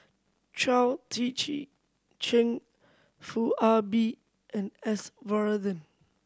Chao Tzee Cheng Foo Ah Bee and S Varathan